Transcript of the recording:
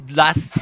last